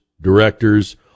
directors